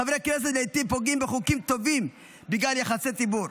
חברי כנסת לעיתים פוגעים בחוקים טובים בגלל יחסי ציבור,